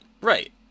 Right